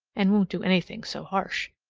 and won't do anything so harsh,